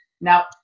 Now